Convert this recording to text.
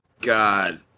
God